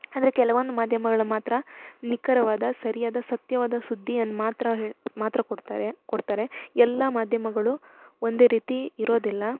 ಆದರೆ ಕೆಲವೊಂದು ಮಾಧ್ಯಮಗಳು ಮಾತ್ರ ನಿಖರವಾದ ಸರಿಯಾದ ಸತ್ಯವಾದ ಸುದ್ದಿಯನ್ನು ಮಾತ್ರ ಹೇಳಿ ಮಾತ್ರ ಕೊಡ್ತಾರೆ ಕೊಡ್ತಾರೆ ಎಲ್ಲ ಮಾಧ್ಯಮಗಳು ಒಂದೇ ರೀತಿ ಇರೋದಿಲ್ಲ